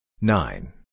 nine